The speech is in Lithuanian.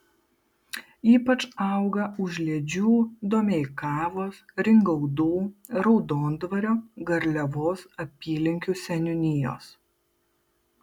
ypač auga užliedžių domeikavos ringaudų raudondvario garliavos apylinkių seniūnijos